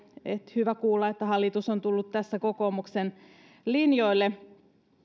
hyvä kuulla että hallitus on tullut tässä kokoomuksen linjoille